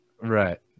Right